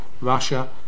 Russia